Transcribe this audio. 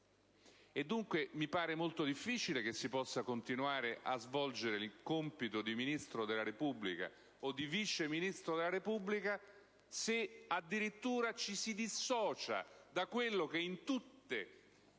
Dunque mi pare molto difficile che si possa continuare a svolgere il compito di Ministro o Vice ministro della Repubblica se addirittura ci si dissocia da quello che in tutte le democrazie